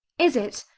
is it?